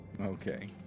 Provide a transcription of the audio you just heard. Okay